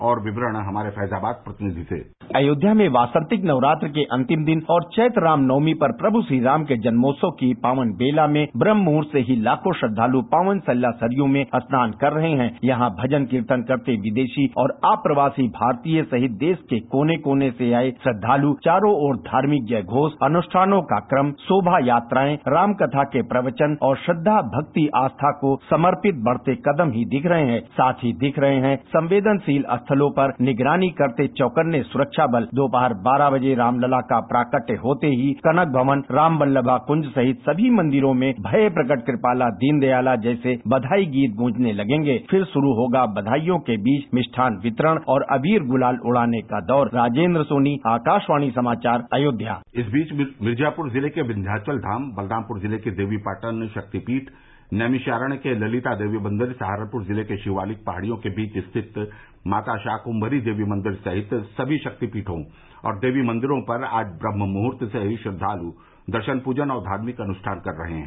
और विवरण हमारे फैजाबाद प्रतिनिधि से अयोध्या में वासंतिक नवरात्रि के अंतिम दिन और चैत्र राम नवमी पर प्रभू श्री राम के जन्मोत्सव की पावन बेला में ब्रह्म मुहूर्त से ही लाखों श्रद्वाल पावन सलिला सरयू में स्नान कर रहे हैं यहाँ भजन कीर्तन करते विदेशी और अप्रवासी भारतीय सहित देश के कोने कोने से आये श्रद्वालु चारों ओर धार्मिक जयघोष अनुष्ठानों का क्रम शोभा यात्राएं राम कथा के प्रवचन और श्रद्वागक्तिआस्था को समर्पित बढ़ते कदम ही दिख रहे हैं साथ ही दिख रहे है संवेदन शील स्थलों पर निगरानी करते चौकन्ने सुरक्षा बल दोपहर बारह बजे राम लला का प्राकट्य होते ही कनक भवनराम बल्लभाकंज सहित सभी मंदिरों में भये प्रकट कृपाला दीन दयालाजैसे बधाई गीत गूंजने लगेंगे फिर शुरू होगा बधाइयों के बीच मिष्ठान वितरण और अबीर गुलाल उडाने का दौर राजेंद्र सोनी आकाशवाणी समाचार अयोध्या इस बीच मिर्जापुर जिले के विन्ध्याचलधाम बलरामपुर जिले के देवीपाटन शक्तिपीठ नैमिषारण्य के ललिता देवी मंदिर सहारनपुर जिले में शिवालिक पहाड़ियों के बीच स्थित माता शाकृम्परी देवी मंदिर सहित समी शक्तिपीठो और देवीमंदिरों पर आज ब्रम्हमुहर्त से ही श्रद्वाल् दर्शन पूजन और धार्मिक अनुष्ठान कर रहे हैं